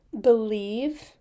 believe